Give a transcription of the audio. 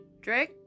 Drake